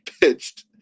pitched